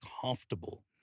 comfortable